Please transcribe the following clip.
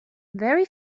very